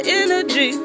energy